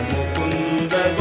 Mukunda